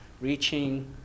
reaching